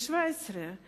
השש-עשרה והשבע-עשרה.